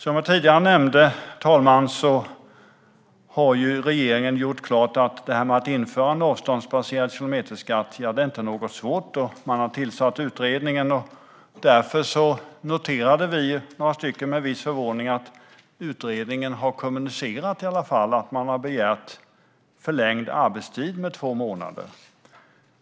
Som jag tidigare nämnde har regeringen gjort klart att detta med att införa en avståndsbaserad kilometerskatt inte är svårt. Man har tillsatt utredningen. Därför var vi några stycken som med en viss förvåning noterade att utredningen har kommunicerat att man har begärt förlängd utredningstid med två månader.